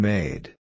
Made